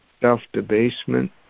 self-debasement